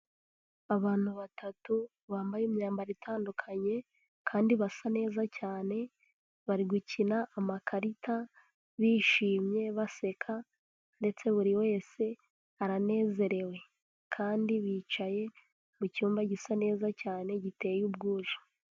Abantu batatu bambaye imyambaro itandukanye kandi basa neza cyane, bari gukina amakarita bishimye, baseka ndetse buri wese aranezerewe. Kandi bicaye mu cyumba gisa neza cyane giteye ubwuzu.